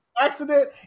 accident